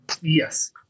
Yes